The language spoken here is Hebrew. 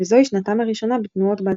וזוהי שנתם הראשונה בתנועות בתיה.